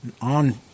on